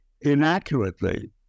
inaccurately